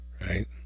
right